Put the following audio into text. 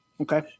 Okay